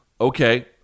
okay